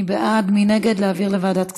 מי בעד ומי נגד להעביר לוועדת הכספים?